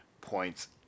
points